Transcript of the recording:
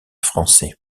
français